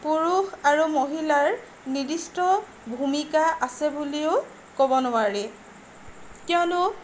পুৰুষ আৰু মহিলাৰ নিৰ্দিষ্ট ভূমিকা আছে বুলিও ক'ব নোৱাৰি কিয়নো